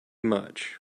much